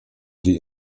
die